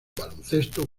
baloncesto